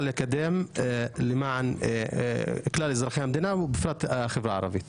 לקדם למען כלל אזרחי המדינה ובפרט החברה הערבית?